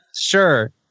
sure